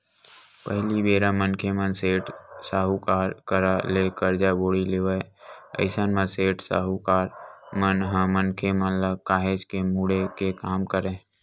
पहिली बेरा म मनखे मन सेठ, साहूकार करा ले करजा बोड़ी लेवय अइसन म सेठ, साहूकार मन ह मनखे मन ल काहेच के मुड़े के काम करय